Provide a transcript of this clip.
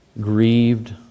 grieved